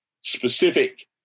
specific